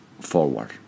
Forward